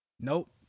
Nope